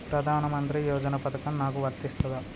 ప్రధానమంత్రి యోజన పథకం నాకు వర్తిస్తదా?